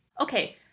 okay